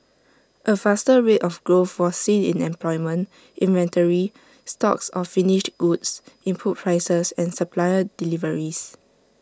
A faster rate of growth was seen in employment inventory stocks of finished goods input prices and supplier deliveries